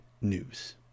news